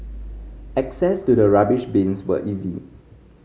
access to the rubbish bins was easy